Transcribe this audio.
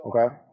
Okay